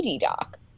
doc